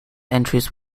entries